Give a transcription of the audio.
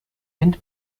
wind